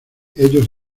ellos